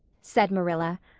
said marilla.